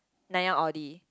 Nanyang-Audi